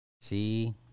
see